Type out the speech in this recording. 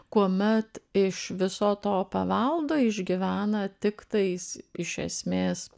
kuomet iš viso to paveldo išgyvena tiktais iš esmės